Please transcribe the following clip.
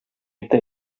inte